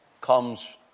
comes